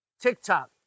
TikTok